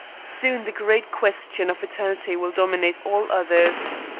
soon the great question of eternity will dominate all others.